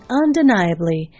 undeniably